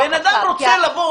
בן אדם רוצה לבוא,